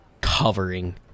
covering